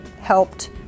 helped